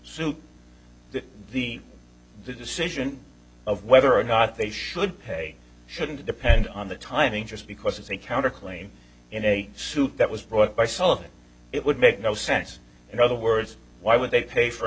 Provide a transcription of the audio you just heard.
suit the decision of whether or not they should pay shouldn't depend on the timing just because it's a counterclaim in a suit that was brought by sullivan it would make no sense in other words why would they pay for an